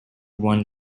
one